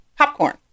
Popcorn